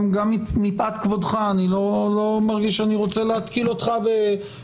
גם מפאת כבודך אני לא מרגיש שאני רוצה להתקיל אותך בשאלות.